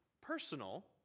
personal